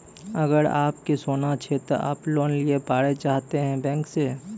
अगर आप के सोना छै ते आप लोन लिए पारे चाहते हैं बैंक से?